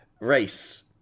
race